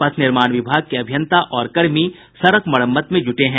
पथ निर्माण विभाग के अभियंता और कर्मी सड़क मरम्मत में जुटे हैं